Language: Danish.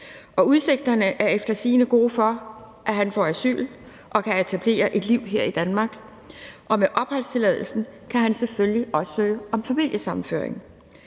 Udsigterne til, at han får asyl og kan etablere et liv her i Danmark, er efter sigende gode, og med opholdstilladelsen kan han selvfølgelig også søge om familiesammenføring.